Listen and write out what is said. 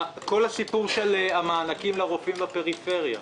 כל הסיפור של המענקים לרופאים בפריפריה.